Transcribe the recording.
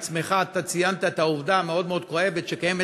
אתה עצמך ציינת את העובדה המאוד-מאוד-כואבת שקיימת